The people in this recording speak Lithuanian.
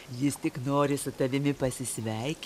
jis tik nori su tavimi pasisveikinti